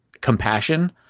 compassion